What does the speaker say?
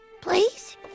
Please